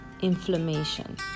inflammation